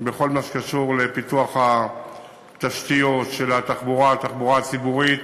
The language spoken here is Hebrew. בכל מה שקשור בפיתוח התשתיות, בתחבורה הציבורית